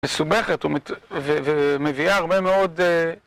מסובכת ומביאה הרבה מאוד...